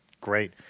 Great